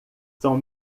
são